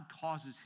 causes